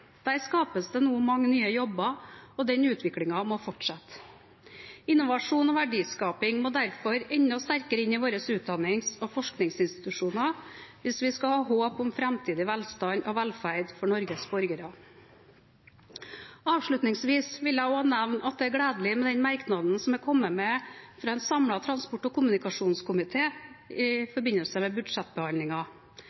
Der skapes det nå mange nye jobber, og den utviklingen må fortsette. Innovasjon og verdiskaping må derfor enda sterkere inn i våre utdannings- og forskningsinstitusjoner hvis vi skal ha håp om framtidig velstand og velferd for Norges borgere. Avslutningsvis vil jeg også nevne at det er gledelig med den merknaden som er kommet med fra en samlet transport- og kommunikasjonskomité i